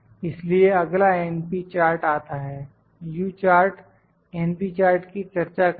इसलिए अगला np chart आता है U चार्ट np चार्ट की चर्चा करेगा